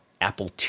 Apple